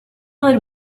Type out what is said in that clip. lid